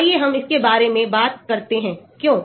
आइए हम इसके बारे में बात करते हैं क्यों